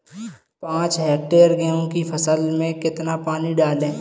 पाँच हेक्टेयर गेहूँ की फसल में कितना पानी डालें?